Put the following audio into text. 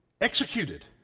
executed